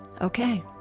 Okay